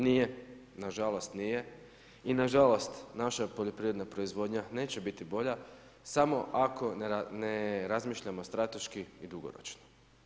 Nije, na žalost nije i na žalost naša poljoprivredna proizvodnja neće biti bolja samo ako ne razmišljamo strateški i dugoročno.